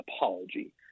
apology